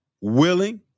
willing